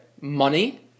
Money